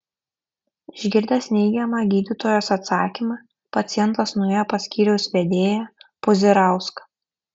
išgirdęs neigiamą gydytojos atsakymą pacientas nuėjo pas skyriaus vedėją puzirauską